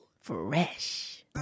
fresh